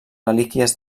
relíquies